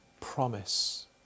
promise